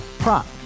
Prop